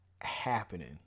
happening